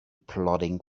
plodding